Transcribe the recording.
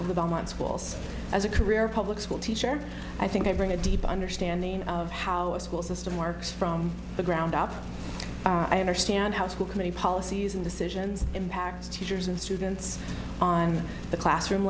bottom line schools as a career public school teacher i think i bring a deep understanding of how a school system works from the ground up i understand how school committee policies and decisions impacts teachers and students on the classroom